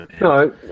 No